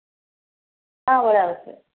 ആ ഒരാൾക്ക്